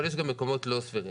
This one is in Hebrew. אבל יש גם מקומות לא סבירים.